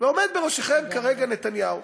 ועומד בראשכם כרגע נתניהו.